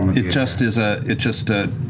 it just is a it just, ah